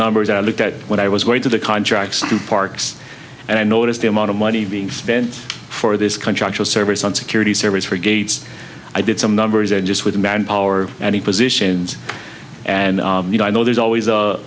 number as our looked at what i was going to the contracts to parks and i noticed the amount of money being spent for this country actual service on security service for gates i did some numbers and just with manpower and he positions and you know i know there's always a